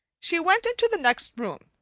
she went into the next room,